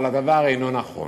אבל הדבר אינו נכון.